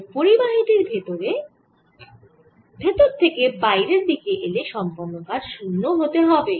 তাই পরিবাহী টির ভেতর থেকে বাইরের দিকে এলে সম্পন্ন কাজ শূন্য হতে হবে